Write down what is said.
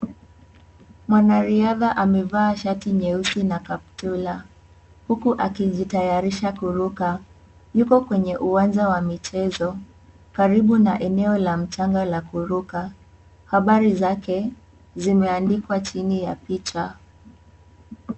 Mwanariadha amevaa shati nyeusi na kaptura, huku akijitayarisha kuruka. Yuko kwenye uwanja wa michezo, karibu na eneo la mchanga la kuruka. Habari zake, zimeandikwa chini ya picha.